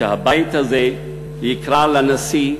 שהבית הזה יקרא לנשיא,